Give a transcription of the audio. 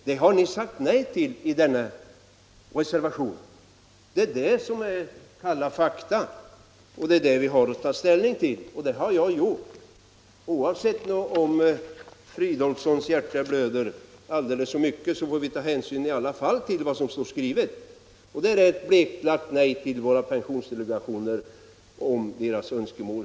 Det har ni sagt nej till i reservationen. Det är kalla fakta och det är vad vi har att ta ställning till. Det har jag gjort. Oavsett om herr Fridolfssons hjärta blöder aldrig så mycket får vi ta hänsyn till vad som står skrivet — och det är ett bleklagt nej till pensionsdelegationernas önskemål.